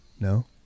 No